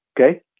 Okay